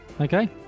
Okay